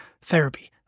therapy